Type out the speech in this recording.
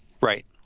right